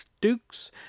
Dukes